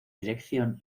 dirección